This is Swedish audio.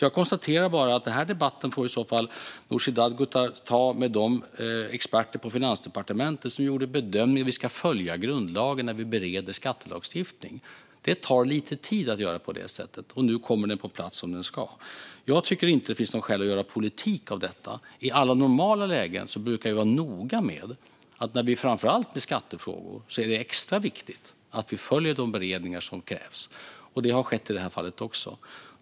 Jag konstaterar bara att den debatten får Nooshi Dadgostar i så fall ta med de experter på Finansdepartementet som gjorde bedömningen att vi ska följa grundlagen när vi bereder skattelagstiftning. Det tar lite tid att göra på det sättet. Nu kommer den på plats som den ska. Jag tycker inte att det finns något skäl att göra politik av detta. I alla normala lägen brukar vi vara noga med att följa lagen. Framför allt i skattefrågor är det extra viktigt att göra de beredningar som krävs. Det har också skett i det här fallet.